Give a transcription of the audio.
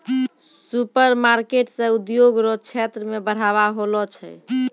supermarket से उद्योग रो क्षेत्र मे बढ़ाबा होलो छै